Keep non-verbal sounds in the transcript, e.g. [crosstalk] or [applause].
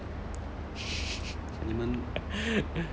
[laughs]